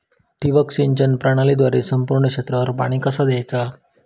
ठिबक सिंचन प्रणालीद्वारे संपूर्ण क्षेत्रावर पाणी कसा दयाचा?